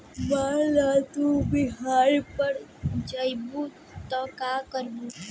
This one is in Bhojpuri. मान ल तू बिहार पड़ जइबू त का करबू